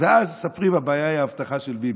ואז מספרים שהבעיה היא האבטחה של ביבי.